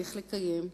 צריך לקיים,